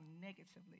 negatively